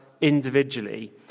individually